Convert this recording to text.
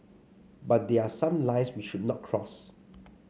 but there are some lines we should not cross